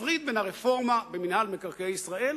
נפריד בין הרפורמה במינהל מקרקעי ישראל,